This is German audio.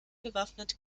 bewaffnet